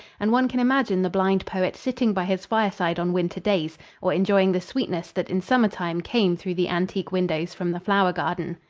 and one can imagine the blind poet sitting by his fireside on winter days or enjoying the sweetness that in summertime came through the antique windows from the flower garden.